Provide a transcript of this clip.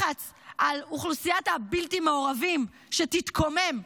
לחץ על אוכלוסיית הבלתי-מעורבים שתתקומם,